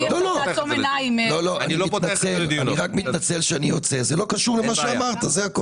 זה לא קשור למה שאמרת, זה הכול.